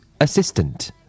assistant